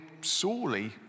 sorely